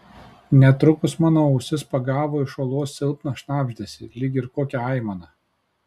netrukus mano ausis pagavo iš olos silpną šnabždesį lyg ir kokią aimaną